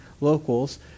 locals